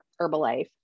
Herbalife